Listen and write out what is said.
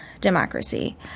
democracy